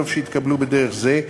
טוב שיתקבלו בדרך זו,